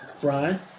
Brian